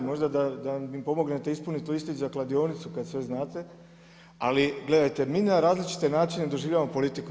Možda da mi pomognite ispuniti listić za kladionicu kad sve znate, ali gledajte mi na različite načine doživljavamo politiku.